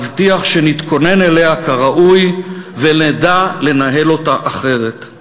להבטיח שנתכונן אליה כראוי ונדע לנהל אותה אחרת.